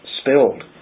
spilled